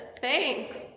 Thanks